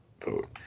vote